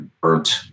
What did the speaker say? burnt